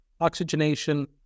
oxygenation